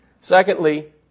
Secondly